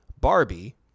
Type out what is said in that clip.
Barbie